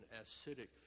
acidic